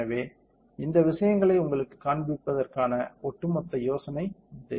எனவே இந்த விஷயங்களை உங்களுக்குக் காண்பிப்பதற்கான ஒட்டுமொத்த யோசனை இது